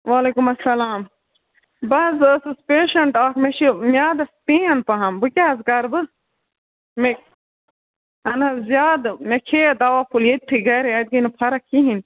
وَعلیُکم اسَلام بہٕ حظ ٲسٕس پیشَنٛٹ اَکھ مےٚ چھِ معادَس پیَن پہَم بہٕ کیٛاہ حظ کَرٕ بہٕ مےٚ آہَن حظ زیادٕ مےٚ کھیٚے دَوا پھوٚل ییٚتھٕے گَرِ اَتہِ گٔے نہٕ فَرٕق کِہیٖنٛۍ